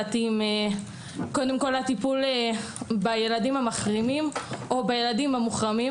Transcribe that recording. קודם כל הטיפול בילדים המחרימים או בילדים המוחרמים.